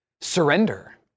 surrender